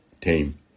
team